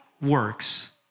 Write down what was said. works